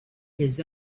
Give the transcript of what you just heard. his